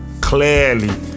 clearly